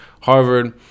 harvard